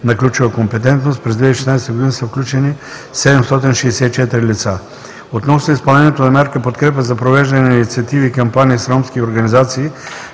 на ключова компетентност, през 2016 г. са включени 764 лица. Относно изпълнението на мярка: Подкрепа за провеждане на инициативи и кампании с ромски организации